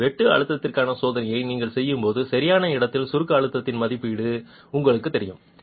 எனவே வெட்டு அழுத்தத்திற்கான சோதனையை நீங்கள் செய்யும்போது சரியான இடத்தில் சுருக்க அழுத்தத்தின் மதிப்பீடு உங்களுக்குத் தெரியும்